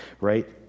right